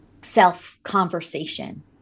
self-conversation